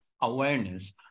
awareness